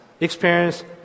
experience